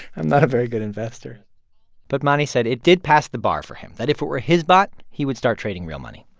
i'm not a very good investor but mani said it did pass the bar for him that if it were his bot, he would start trading real money